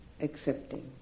accepting